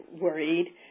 worried